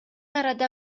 арада